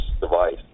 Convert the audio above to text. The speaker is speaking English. device